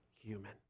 human